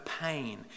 pain